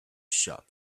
shop